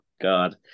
God